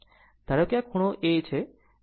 ધારો કે આ ખૂણો A છે